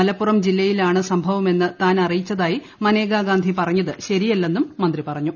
മലപ്പുറം ജില്ലയിലാണ് സംഭവമെന്ന് താൻ അറിയിച്ചത്തിൽ മനേകാ ഗാന്ധി പറഞ്ഞത് ശരിയല്ലെന്നും മന്ത്രി പറഞ്ഞു